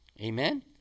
Amen